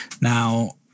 now